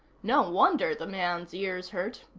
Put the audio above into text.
no wonder the man's ears hurt.